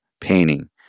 painting